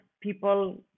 people